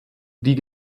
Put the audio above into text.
die